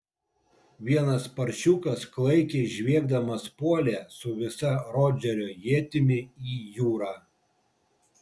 vienas paršiukas klaikiai žviegdamas puolė su visa rodžerio ietimi į jūrą